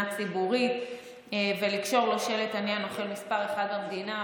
ציבורית ולקשור לו שלט "אני הנוכל מספר אחת במדינה".